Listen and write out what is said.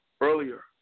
earlier